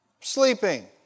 sleeping